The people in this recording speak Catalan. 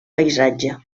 paisatge